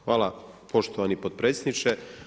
Hvala poštovani potpredsjedniče.